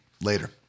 Later